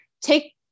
take